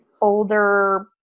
older